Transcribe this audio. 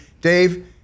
Dave